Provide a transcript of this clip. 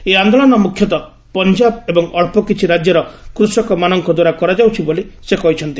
ଏହି ଆନ୍ଦୋଳନ ମୁଖ୍ୟତଃ ପଞ୍ଜାବ ଏବଂ ଅଳ୍ପ କିଛି ରାଜ୍ୟର କୂଷକମାନଙ୍କ ଦ୍ୱାରା କରାଯାଉଛି ବୋଲି ସେ କହିଛନ୍ତି